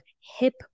hip